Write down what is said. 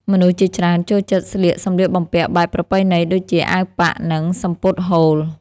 មនុស្សជាច្រើនចូលចិត្តស្លៀកសម្លៀកបំពាក់បែបប្រពៃណី ដូចជាអាវប៉ាក់ និងសំពត់ហូល។